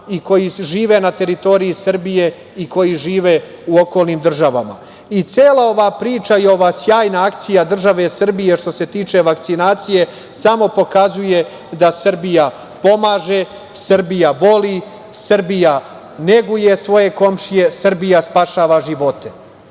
i koji žive na teritoriji Srbije i koji žive u okolnim državama. Cela ova priča i ova sjajna akcija države Srbije, što se tiče vakcinacije, samo pokazuje da Srbija pomaže, Srbija voli, Srbija neguje svoje komšije. Srbija spašava živote.